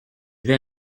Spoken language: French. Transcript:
vais